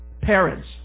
parents